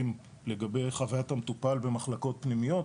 לגבי חווית המטופל במחלקות פנימיות,